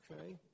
Okay